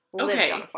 Okay